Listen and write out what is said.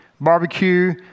barbecue